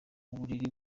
uburiri